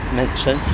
mention